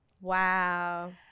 wow